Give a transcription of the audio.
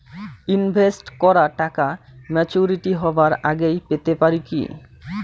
Invest করা টাকা maturity হবার আগেই পেতে পারি কি?